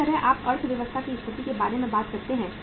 इसी तरह आप अर्थव्यवस्था की स्थिति के बारे में बात करते हैं